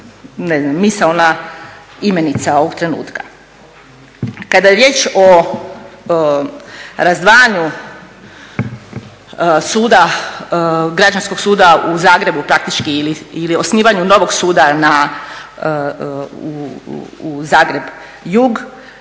misaona imenica ovog trenutka. Kada je riječ o razdvajanju suda, Građanskog suda u Zagrebu ili osnivanju novog suda na Zagreb jug,